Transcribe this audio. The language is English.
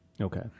Okay